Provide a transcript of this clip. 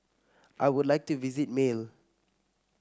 I would like to visit Male